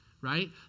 right